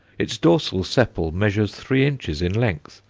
its dorsal sepal measures three inches in length,